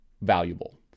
valuable